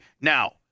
Now